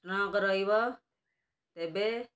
strong ରହିବ ତେବେ